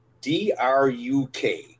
D-R-U-K